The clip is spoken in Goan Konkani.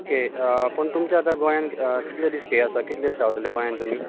ओके पूण तुमचे आता गोयांन कितले दीस स्टे आसा कितलें दीस रावतले गोंंयान तुमी